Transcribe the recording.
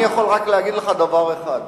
אני יכול רק להגיד לך דבר אחד,